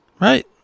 Right